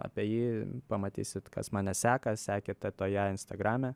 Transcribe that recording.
apie jį pamatysit kas mane seka sekite toje instagrame